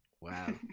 wow